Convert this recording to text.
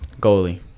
Goalie